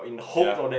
ya